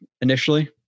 initially